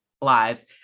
lives